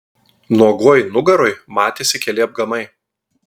nuogoj nugaroj matėsi keli apgamai